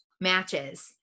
matches